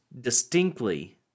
distinctly